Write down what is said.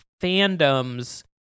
fandoms